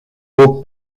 beau